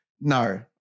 No